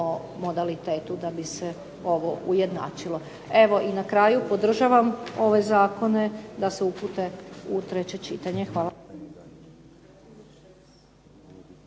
o modalitetu da bi se ovo ujednačilo. Evo, i na kraju podržavam ove zakone da se upute u treće čitanje. Hvala